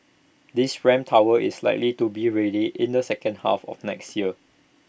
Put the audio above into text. this ramp tower is likely to be ready in the second half of next year